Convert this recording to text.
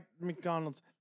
McDonald's